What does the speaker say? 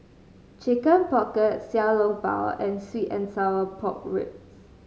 Chicken Pocket Xiao Long Bao and sweet and sour pork ribs